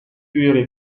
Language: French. furent